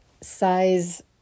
size